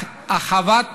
אך אהבת